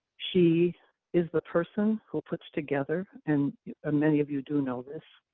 she is the person who puts together, and ah many of you do know this,